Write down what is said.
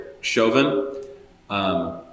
Chauvin